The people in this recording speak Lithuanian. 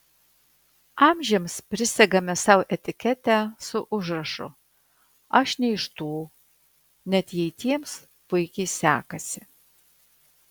amžiams prisegame sau etiketę su užrašu aš ne iš tų net jei tiems puikiai sekasi